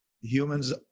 humans